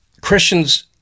Christians